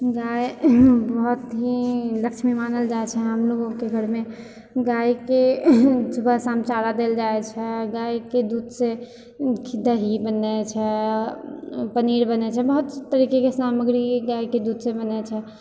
गाइ बहुत ही लक्ष्मी मानल जाए छै हम लोकके घरमे गाइके सुबह शाम चारा देल जाइ छै गाइके दूधसँ दही बनै छै पनीर बनै छै बहुत तरीकेके सामग्री गाइके दूधसँ बनै छै